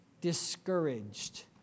Discouraged